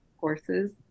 courses